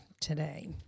today